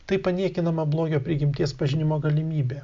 taip paniekinama blogio prigimties pažinimo galimybė